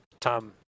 Tom